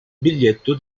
biglietto